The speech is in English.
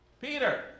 Peter